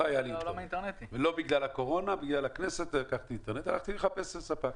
לקחתי אינטרנט לא בגלל הקורונה אלא בגלל הכנסת והלכתי לחפש ספק.